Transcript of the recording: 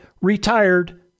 retired